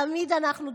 תמיד אנחנו דרוכים.